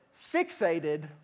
fixated